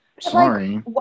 Sorry